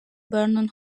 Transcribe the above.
vernon